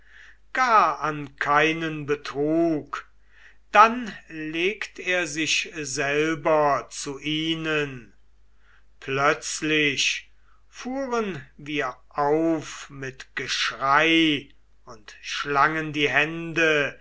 gar an keinen betrug dann legt er sich selber zu ihnen plötzlich fuhren wir auf mit geschrei und schlangen die hände